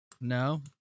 no